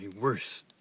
worse